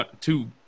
two